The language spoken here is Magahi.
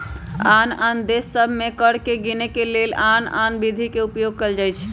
आन आन देश सभ में कर के गीनेके के लेल आन आन विधि के उपयोग कएल जाइ छइ